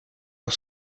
are